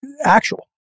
actual